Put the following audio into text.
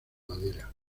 madera